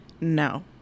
no